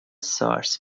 سارس